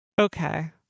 Okay